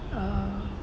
uh